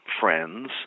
friends